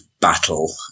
battle